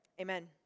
Amen